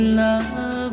love